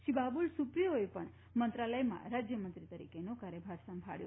શ્રી બાબુલ સુપ્રિયોએ પણ મંત્રાલયમાં રાજ્યમંત્રી તરીકેનો કાર્યભાર સંભાળ્યો